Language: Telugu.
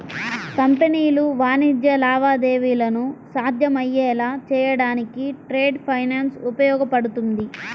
కంపెనీలు వాణిజ్య లావాదేవీలను సాధ్యమయ్యేలా చేయడానికి ట్రేడ్ ఫైనాన్స్ ఉపయోగపడుతుంది